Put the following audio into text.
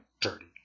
dirty